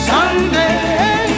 Someday